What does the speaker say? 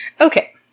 Okay